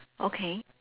okay